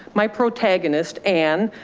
my protagonist, ann,